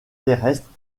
terrestres